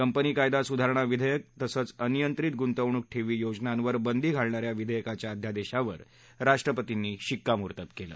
company कायदा सुधारणा विधेयक तसंच अनियंत्रित गुंतवणूक ठेवी योजनांवर बंदी घालणाऱ्या विधेयकाच्या अध्यादेशावर ही राष्ट्रपतींनी शिक्कामोर्तब केलं